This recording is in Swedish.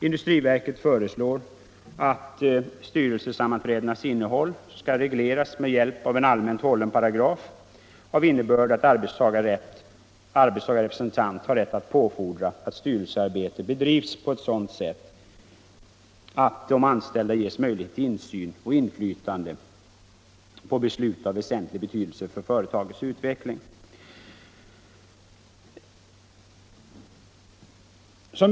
Industriverket föreslår att styrelsesammanträdenas innehåll bör regleras med hjälp av en allmänt hållen paragraf av innebörd, att arbetstagarrepresentant har rätt att påfordra att styrelsearbete bedrivs på sådant sätt att de anställda ges möjlighet till insyn och inflytande på beslut av väsentlig betydelse för företagets utveckling.